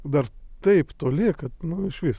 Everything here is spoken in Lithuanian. dar taip toli kad nu išvis